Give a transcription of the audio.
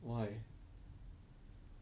why